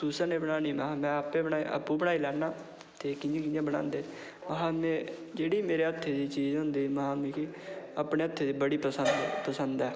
तुसें नेईं बनानी तां में आपूं बनाई लैना ते कियां कियां बनांदे ते में हा जेह्ड़ी मेरे हत्थै ई चीज़ होंदी ते अपने हत्थै दी बड़ी पसंद ऐ